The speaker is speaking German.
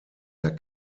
der